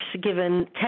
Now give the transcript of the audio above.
given